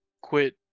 quit